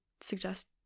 suggest